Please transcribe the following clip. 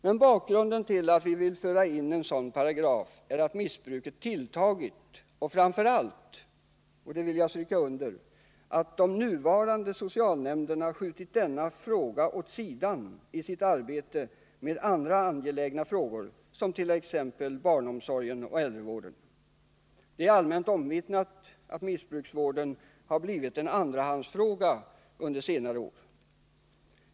Men bakgrunden till att vi vill föra in en sådan paragraf är att missbruket tilltagit och framför allt — det vill jag stryka under — att de nuvarande socialnämnderna skjutit denna fråga åt sidan i sitt arbete med andra angelägna frågor, som barnomsorg och äldrevård. Det är allmänt omvittnat att missbruksvården blivit en andrahandsfråga under senare år.